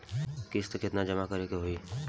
किस्त केतना जमा करे के होई?